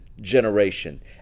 generation